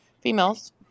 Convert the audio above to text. females